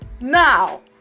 Now